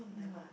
no